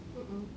mm mm